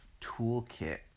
toolkit